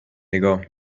نگاه